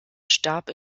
starb